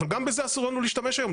אבל גם בזה אסור לנו להשתמש היום,